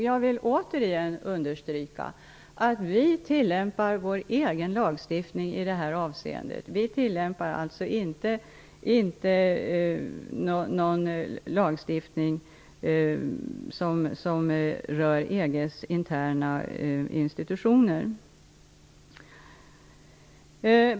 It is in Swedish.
Jag vill återigen understryka att vi i det här avseendet tillämpar vår egen lagstiftning. Vi tillämpar alltså inte någon lagstiftning som rör EG:s interna institutioner.